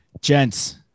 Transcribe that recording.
Gents